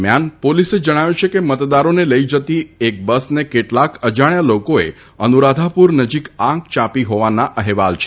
દરમ્યાન પોલીસે જણાવ્યું છે કે મતદારોને લઇ જતી બસને કેટલાક અજાણ્યા લોકોએ અનુરાધાપુર નજીક આગ ચાંપી હોવાના અહેવાલ છે